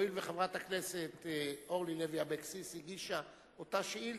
הואיל וחברת הכנסת אורלי לוי אבקסיס הגישה אותה שאילתא,